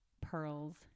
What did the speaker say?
pearls